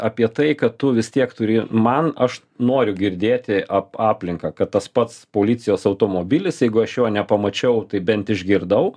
apie tai kad tu vis tiek turi man aš noriu girdėti ap aplinką kad tas pats policijos automobilis jeigu aš jo nepamačiau tai bent išgirdau